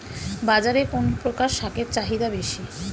বাজারে কোন প্রকার শাকের চাহিদা বেশী?